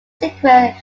sequence